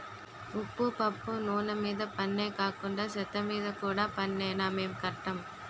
ఉప్పు పప్పు నూన మీద పన్నే కాకండా సెత్తమీద కూడా పన్నేనా మేం కట్టం